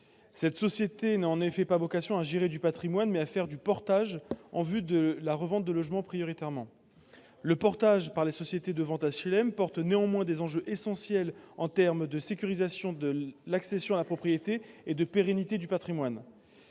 Cette société n'a en effet pas vocation à gérer du patrimoine, mais à faire du portage en vue de la revente des logements prioritairement. Le portage par les sociétés de vente d'HLM porte néanmoins des enjeux essentiels en termes de sécurisation de l'accession à la propriété et de pérennité du patrimoine.